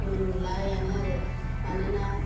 मोनलायानो आरो मानोना